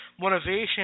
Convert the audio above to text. motivation